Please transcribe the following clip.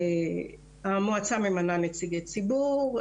המועצה ממנה נציגי ציבור,